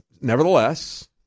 nevertheless